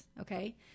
okay